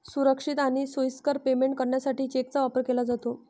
सुरक्षित आणि सोयीस्कर पेमेंट करण्यासाठी चेकचा वापर केला जातो